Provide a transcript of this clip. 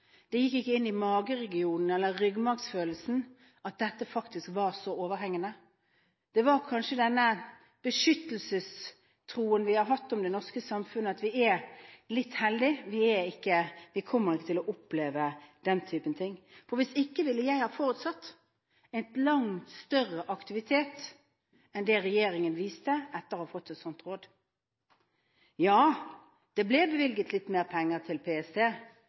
det gikk ikke inn i mageregionen eller ryggmargsfølelsen – at dette faktisk var så overhengende. Det var kanskje denne beskyttelsestroen vi har hatt om det norske samfunnet: Vi er litt heldige – vi kommer ikke til å oppleve den typen ting. Hvis ikke ville jeg ha forutsatt en langt større aktivitet enn det regjeringen viste etter å ha fått et sånt råd. Ja, det ble bevilget litt mer penger til PST,